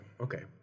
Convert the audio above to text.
Okay